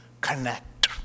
connect